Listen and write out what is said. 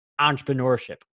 entrepreneurship